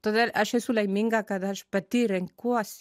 todėl aš esu laiminga kad aš pati renkuos